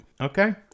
okay